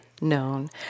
known